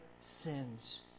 sins